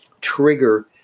trigger